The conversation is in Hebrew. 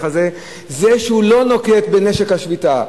הזה הוא שהוא לא נוקט את נשק השביתה,